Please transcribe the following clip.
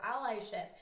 allyship